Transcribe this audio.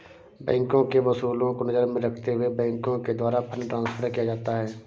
बैंकों के उसूलों को नजर में रखते हुए बैंकों के द्वारा फंड ट्रांस्फर किया जाता है